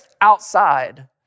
Outside